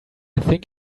think